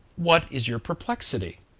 what is your perplexity?